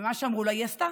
ומה שאמרו לה היא עשתה,